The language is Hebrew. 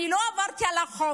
אני לא עברתי על החוק.